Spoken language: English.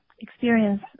experience